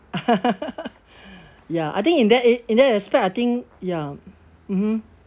ya I think in that in that aspect I think ya mmhmm